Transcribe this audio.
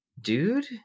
dude